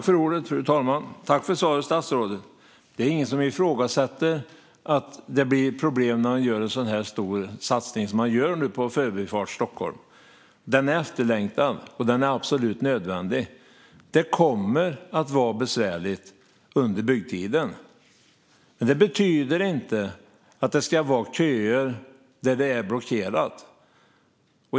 Fru talman! Tack, statsrådet, för svaret! Det är ingen som ifrågasätter att det blir problem när man gör en så stor satsning som man nu gör på Förbifart Stockholm. Den är efterlängtad och absolut nödvändig. Det kommer att vara besvärligt under byggtiden, men det betyder inte att det ska vara köer där det är blockerat.